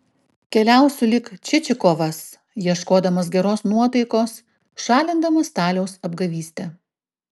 keliausiu lyg čičikovas ieškodamas geros nuotaikos šalindamas staliaus apgavystę